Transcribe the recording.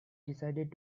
decided